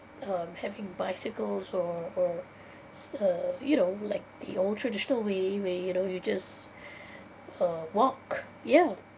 um having bicycles or or uh you know like the old traditional way where you know you just uh walk yeah